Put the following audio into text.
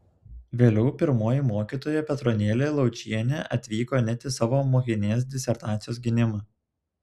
vėliau pirmoji mokytoja petronėlė laučienė atvyko net į savo mokinės disertacijos gynimą